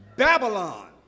Babylon